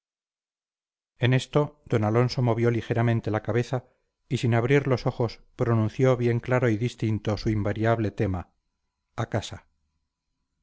en esto d alonso movió ligeramente la cabeza y sin abrir los ojos pronunció bien claro y distinto su invariable tema a casa